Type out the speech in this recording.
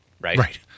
right